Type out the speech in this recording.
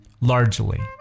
Largely